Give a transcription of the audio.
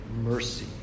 mercy